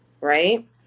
Right